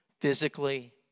physically